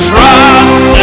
Trust